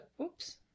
oops